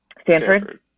Stanford